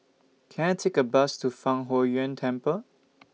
Can I Take A Bus to Fang Huo Yuan Temple